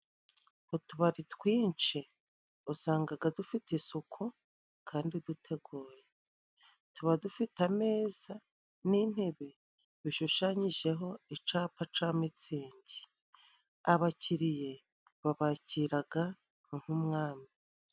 Utubari twinshi usangaga dufite isuku kandi duteguye. Tuba dufite ameza n'intebe bishushanyijeho icapa ca mitsingi. Abakiriya babakiraga nk'umwami.